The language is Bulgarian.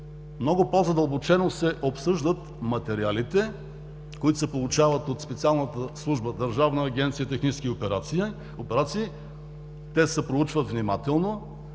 много по-задълбочено се обсъждат материалите, които се получават от специалната служба Държавна агенция „Технически операции“. Те се проучват внимателно,